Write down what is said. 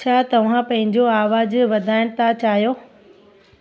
छा तव्हां पंहिंजो आवाजु वधाइण था चाहियो